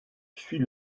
suit